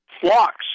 flocks